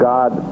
God